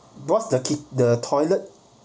both the toilet